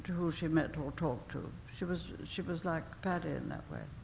to whom she met or talked to. she was she was like paddy in that way.